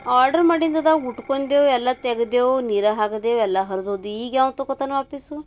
order ಮಾಡಿದದವ ಉಟ್ಕೊಂಡೆವು ಎಲ್ಲ ತೆಗ್ದೆವು ನೀರಾಗೆ ಹಾಕಿದೆವು ಎಲ್ಲಾ ಹರ್ದೋದ ಈಗ ಯಾವನು ತೊಗೋತನ ವಾಪಿಸ್ಸು